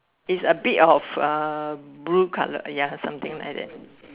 its a bit of um blue colour ya something like that